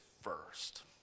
first